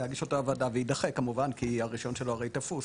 יגיש אותו לוועדה והוא יידחה כמובן כי הרישיון שלו הרי תפוס,